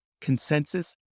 consensus